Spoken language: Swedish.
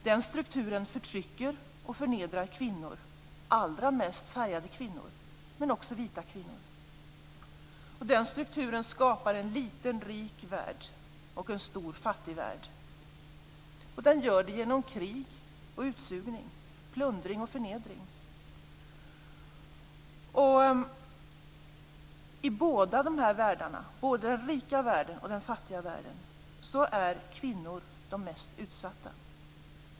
Den strukturen förtrycker och förnedrar kvinnor, allra mest färgade kvinnor men också vita kvinnor. Den strukturen skapar en liten rik värld och en stor fattig värld genom krig, utsugning, plundring och förnedring. I båda de här världarna - den rika och den fattiga - är kvinnor mest utsatta.